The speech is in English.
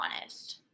honest